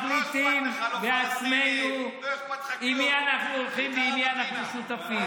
אנחנו מחליטים בעצמנו עם מי אנחנו הולכים ועם מי אנחנו שותפים.